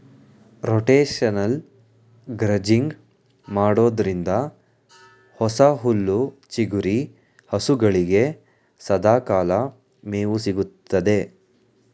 rotational grazing ಮಾಡೋದ್ರಿಂದ ಹೊಸ ಹುಲ್ಲು ಚಿಗುರಿ ಹಸುಗಳಿಗೆ ಸದಾಕಾಲ ಮೇವು ಸಿಗುತ್ತದೆ